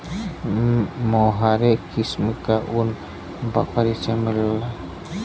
मोहेर किस्म क ऊन बकरी से मिलला